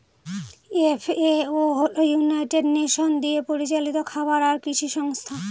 FAO হল united nation দিয়ে পরিচালিত খাবার আর কৃষি সংস্থা